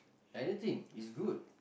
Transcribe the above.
anything it's good